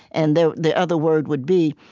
and the the other word would be,